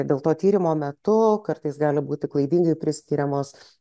dėl to tyrimo metu kartais gali būti klaidingai priskiriamos